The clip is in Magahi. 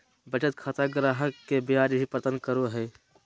बचत खाता ग्राहक के ब्याज भी प्रदान करो हइ